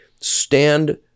stand